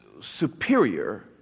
superior